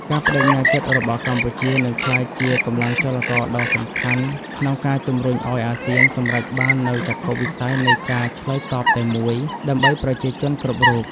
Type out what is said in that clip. ការប្តេជ្ញាចិត្តរបស់កម្ពុជានឹងក្លាយជាកម្លាំងចលករដ៏សំខាន់ ក្នុងការជំរុញឱ្យអាស៊ានសម្រេចបាននូវចក្ខុវិស័យនៃការឆ្លើយតបតែមួយ ដើម្បីប្រជាជនគ្រប់រូប។